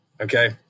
Okay